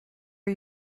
are